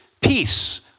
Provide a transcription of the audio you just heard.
peace